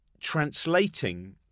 translating